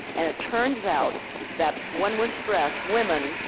and it turns out that when we're stressed women,